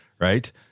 right